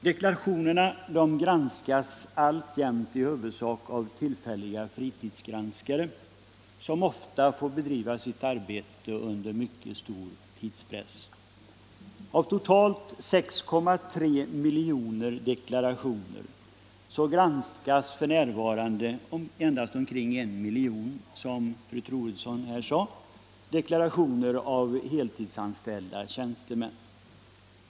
Deklarationerna granskas alltjämt i huvudsak av tillfälliga fritidsgranskare, som ofta får bedriva sitt arbete under mycket stor tidspress. Av totalt 6,3 miljoner deklarationer granskas f. n. endast omkring 1 miljon, som fru Troedsson också nämnde, av heltidsanställda tjänstemän.